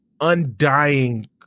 undying